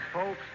Folks